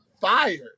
fired